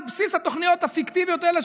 על בסיס התוכניות הפיקטיביות האלה,